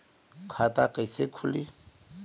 खाता कईसे खुली?